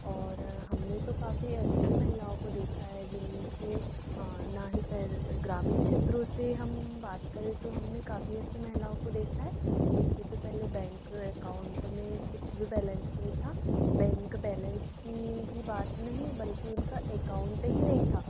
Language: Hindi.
और हमने तो काफ़ी ऐसी भी महिलाओं को देखा है जिनके न ही पहल ग्रामीण क्षेत्रों से हम बात करें तो हमने काफ़ी ऐसी महिलाओं को देखा है जिनके तो पहले बैंक एकाउंट में कुछ भी बैलेन्स नहीं था बैंक बैलेन्स की ही बात नहीं बल्कि उनका एकाउंट ही नहीं था